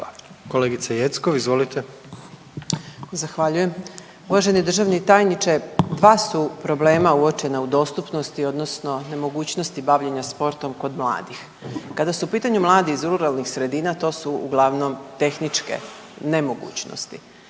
Dragana (SDSS)** Zahvaljujem. Uvaženi državni tajniče dva su problema uočena u dostupnosti odnosno nemogućnosti bavljenja sportom kod mladih. Kada su u pitanju mladi iz ruralnih sredina to su uglavnom tehničke nemogućnosti,